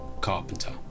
carpenter